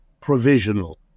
provisional